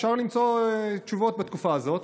אפשר למצוא תשובות בתקופה הזאת,